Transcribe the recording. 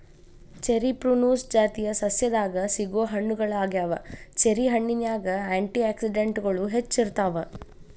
cherry Prunus ಜಾತಿಯ ಸಸ್ಯದಾಗ ಸಿಗೋ ಹಣ್ಣುಗಳಗ್ಯಾವ, ಚೆರಿ ಹಣ್ಣಿನ್ಯಾಗ ಆ್ಯಂಟಿ ಆಕ್ಸಿಡೆಂಟ್ಗಳು ಹೆಚ್ಚ ಇರ್ತಾವ